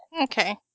Okay